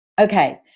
Okay